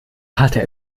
hatte